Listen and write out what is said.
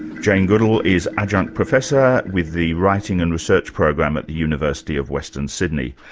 jane goodall is adjunct professor with the writing and research program at the university of western sydney.